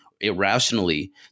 irrationally